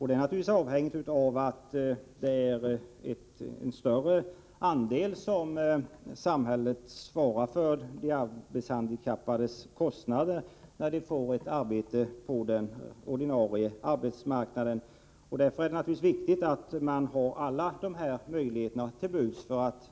Det är naturligtvis avhängigt av att samhället svarar för en större del av de arbetshandikappades kostnader när de får ett arbete på den ordinarie arbetsmarknaden. Därför är det givetvis viktigt att alla möjligheter står till buds.